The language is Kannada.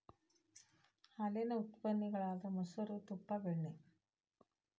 ಹಾಲೇನ ಉತ್ಪನ್ನ ಗಳಾದ ಮೊಸರು, ತುಪ್ಪಾ, ಬೆಣ್ಣಿ